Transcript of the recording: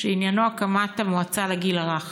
שעניינו הקמת המועצה לגיל הרך.